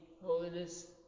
holiness